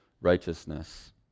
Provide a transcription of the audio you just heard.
righteousness